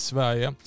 Sverige